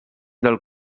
del